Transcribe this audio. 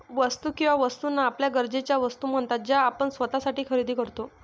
वस्तू किंवा वस्तूंना आपल्या गरजेच्या वस्तू म्हणतात ज्या आपण स्वतःसाठी खरेदी करतो